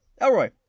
Elroy